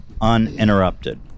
uninterrupted